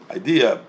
idea